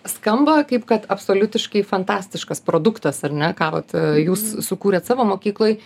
skamba kaip kad absoliutiškai fantastiškas produktas ar ne ką vat jūs sukūrėt savo mokykloj